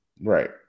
Right